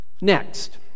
Next